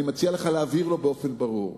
אני מציע לך להבהיר לו באופן ברור,